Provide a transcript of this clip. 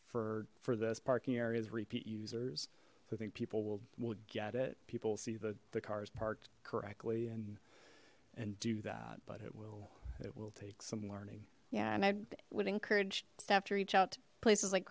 for for this parking areas repeat users i think people will will get it people see the cars parked correctly and and do that but it will it will take some learning yeah and i would encourage staff to reach out to places like